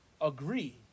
agree